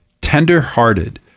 tender-hearted